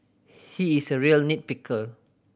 he is a real nit picker